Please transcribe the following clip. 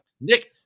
Nick